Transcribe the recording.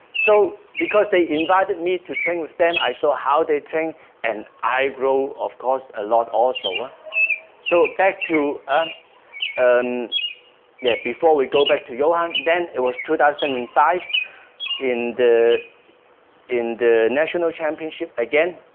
so because they invited me to train with them i saw how they train and i grow of course ah lot also ah so back to and yeah before we go back to johan then it was two thousand and five in the in the national championship again